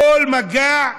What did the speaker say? כל מגע,